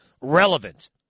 relevant